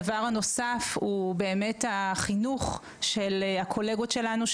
הדבר הנוסף הוא באמת החינוך של הקולגות שלנו,